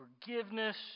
forgiveness